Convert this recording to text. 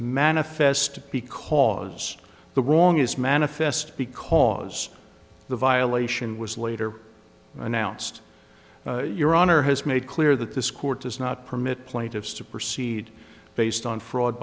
manifest because the wrong is manifest because the violation was later announced your honor has made clear that this court does not permit plaintiffs to proceed based on fraud